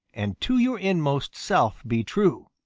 and to your inmost self be true.